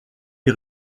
les